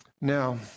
Now